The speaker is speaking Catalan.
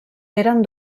eren